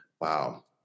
Wow